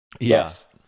Yes